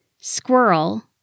Squirrel